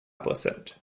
präsent